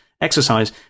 exercise